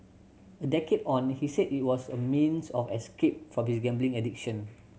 a decade on he said it was a means of escape from his gambling addiction